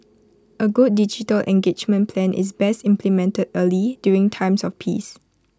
A good digital engagement plan is best implemented early during times of peace